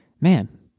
man